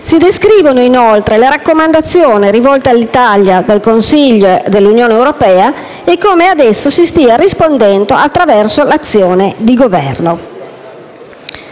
aprile 2017, nonché le raccomandazioni rivolte all'Italia dal Consiglio dell'Unione europea e come ad esse si stia rispondendo attraverso l'azione di Governo.